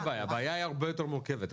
הבעיה היא הרבה יותר מורכבת.